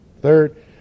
third